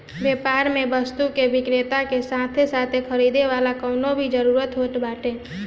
व्यापार में वस्तु के विक्रेता के साथे साथे खरीदे वाला कअ भी जरुरत होत बाटे